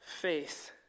faith